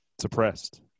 suppressed